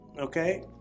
okay